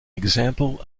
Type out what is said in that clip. example